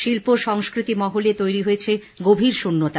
শিল্প সংস্কৃতি মহলে তৈরী হয়েছে গভীর শূন্যতা